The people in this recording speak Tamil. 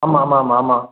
ஆமாம் ஆமாம் ஆமாம் ஆமாம்